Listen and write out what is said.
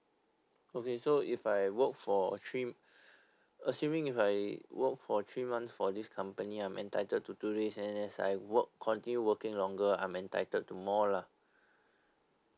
okay so if I work for a three assuming if I work for three months for this company I'm entitled to do this and as I work continue working longer I'm entitled to more lah